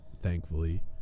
Thankfully